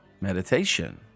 Meditation